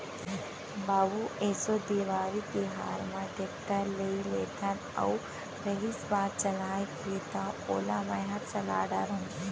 बाबू एसो देवारी तिहार म टेक्टर लेइ लेथन अउ रहिस बात चलाय के त ओला मैंहर चला डार हूँ